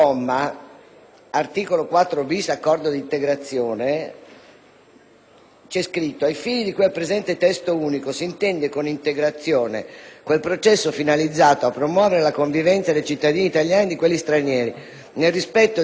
1.* Ai fini di cui al presente testo unico, si intende con integrazione quel processo finalizzato a promuovere la convivenza dei cittadini italiani e di quelli stranieri, nel rispetto dei valori sanciti dalla Costituzione italiana, impegnandosi reciprocamente